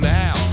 now